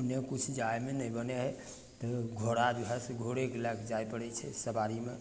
ओन्नऽ किछु जायमे नहि बनै हए ओ घोड़ा जे हए से घोड़ेकेँ लए कऽ जाय पड़ै छै सवारीमे